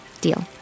Deal